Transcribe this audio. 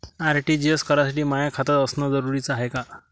RTGS करासाठी माय खात असनं जरुरीच हाय का?